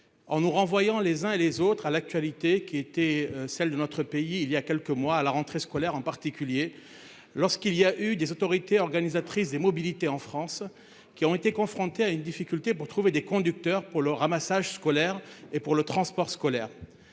en nous renvoyant les uns et les autres à l'actualité qui était celle de notre pays, il y a quelques mois à la rentrée scolaire en particulier. Lorsqu'il y a eu des autorités organisatrices de mobilité en France qui ont été confrontés à une difficulté pour trouver des conducteurs pour le ramassage scolaire et pour le transport scolaire.